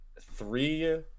three